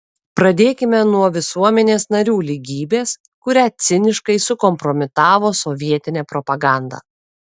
pradėkime nuo visuomenės narių lygybės kurią ciniškai sukompromitavo sovietinė propaganda